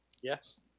Yes